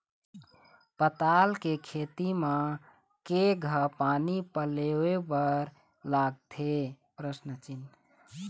पताल के खेती म केघा पानी पलोए बर लागथे?